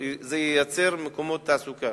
זה ייצר מקומות תעסוקה,